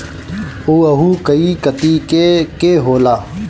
उअहू कई कतीके के होला